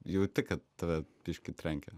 jauti kad tave biškį trenkia